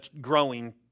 growing